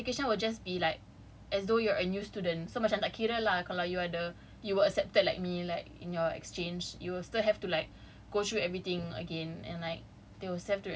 then you said then they said you can apply but your just your application will just be like as though you're a new student so macam tak kira kalau you ada you were accepted like me like in your exchange you will still have to like